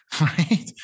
right